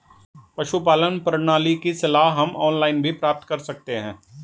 पशुपालन प्रणाली की सलाह हम ऑनलाइन भी प्राप्त कर सकते हैं